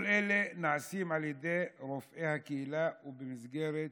כל אלה נעשים על ידי רופאי הקהילה ובמסגרת